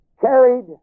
carried